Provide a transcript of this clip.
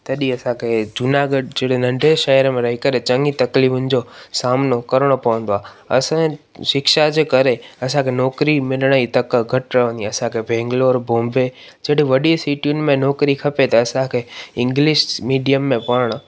तॾहिं असांखे जूनागढ़ जहिड़े नन्ढे शहर में रही करे चङी तकलीफ़ुनि जो सामिनो करिणो पवंदो आहे असांजे शिक्षा जे करे असांखे नौकिरी मिलण ई तक घटि रहंदी आहे असांखे बैंगलोर बॉम्बे जहिड़ी वॾी सिटियुनि में नौकरी खपे त असांखे इंग्लिश मीडियम में पढ़णु